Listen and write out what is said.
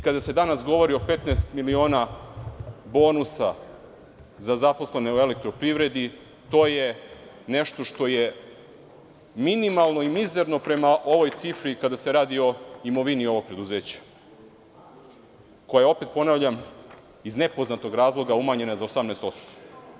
Kada se danas govori o 15 miliona bonusa za zaposlene u EPS, to je nešto što je minimalno i mizerno prema ovoj cifri, kada se radi o imovini ovog preduzeća, koja je, opet ponavljam, iz nepoznatog razloga umanjena za 18%